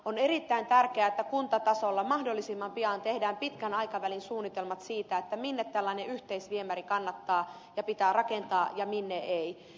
on erittäin tärkeää että kuntatasolla mahdollisimman pian tehdään pitkän aikavälin suunnitelmat siitä minne tällainen yhteisviemäri kannattaa ja pitää rakentaa ja minne ei